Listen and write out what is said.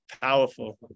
powerful